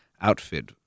outfit